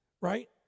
right